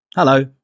Hello